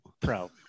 pro